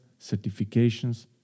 certifications